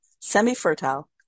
semi-fertile